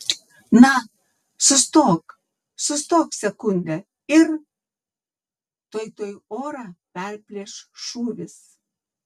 na sustok sustok sekundę ir tuoj tuoj orą perplėš šūvis